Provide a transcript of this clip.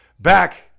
Back